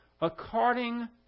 according